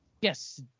Yes